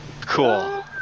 Cool